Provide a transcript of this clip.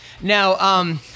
Now